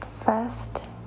first